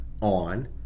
on